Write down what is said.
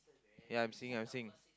ya I'm seeing I'm seeing